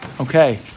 okay